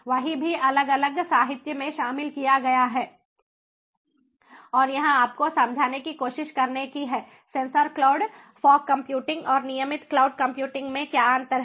वह भी अलग अलग साहित्य में शामिल किया गया है और यह आपको समझने की कोशिश करने के लिए है सेंसर क्लाउड फॉग कंप्यूटिंग और नियमित क्लाउड कंप्यूटिंग में क्या अंतर है